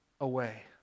away